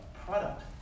product